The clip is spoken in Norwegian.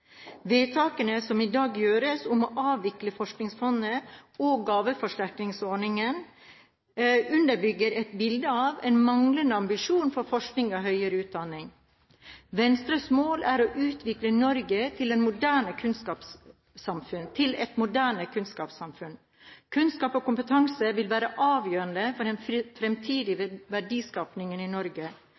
Vedtakene som i dag gjøres om å avvikle Forskningsfondet og gaveforsterkningsordningen, underbygger et bilde av en manglende ambisjon for forskning og høyere utdanning. Venstres mål er å utvikle Norge til et moderne kunnskapssamfunn. Kunnskap og kompetanse vil være avgjørende for den fremtidige verdiskapingen i Norge.